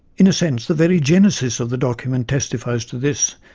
in a sense, the very genesis of the document testifies to this,